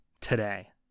today